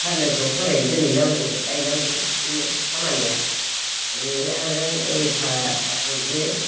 सानराइसआव फरायनो दोनहैनांगौ लायनांगौ बिनो खामानिया ओरै आरो जों सा गासै जो